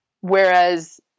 whereas